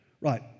Right